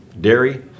Dairy